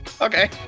Okay